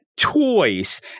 toys